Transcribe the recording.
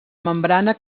membrana